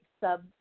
sub